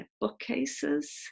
bookcases